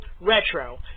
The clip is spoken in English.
Retro